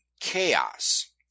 chaos